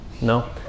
No